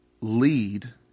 lead